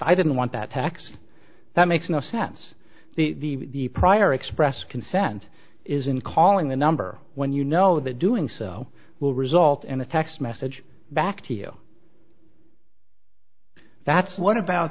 i didn't want that tax that makes no sense the prior express consent isn't calling the number when you know that doing so will result in a text message back to you that's what about